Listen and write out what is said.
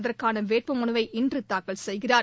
அதற்கானவேட்புமனுவை இன்றுதாக்கல் செய்கிறார்